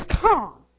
come